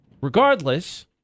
Regardless